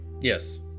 Yes